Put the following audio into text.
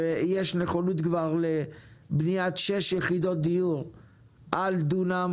שיש נכונות לבניית שש יחידות דיור על דונם